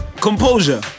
composure